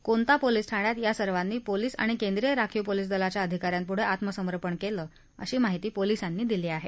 कोंता पोलीस ठाण्यात या सर्वानी पोलीस आणि केंद्रीय राखीव पोलीस दलाच्या अधिकाऱ्यांपुढं आत्मसर्मपण केलं अशी माहिती पोलीसांनी दिली आहे